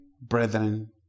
brethren